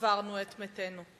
קברנו את מתינו.